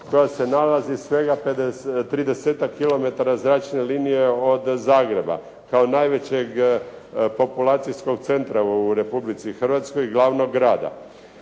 koja se nalazi svega 30-ak km zračne linije od Zagreba kao najvećeg populacijskog centra u Republici Hrvatskoj i glavnog grada.